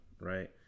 right